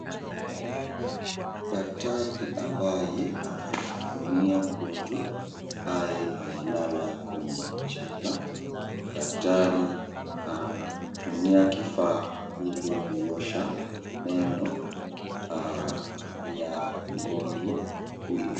Daktari ambaye anahudumia mgonjwa ambaye amelala kwenye machela. Daktari anatumia kifaa ili kuosha meno ya mgonjwa huyo.